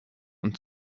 und